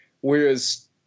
whereas